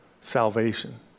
salvation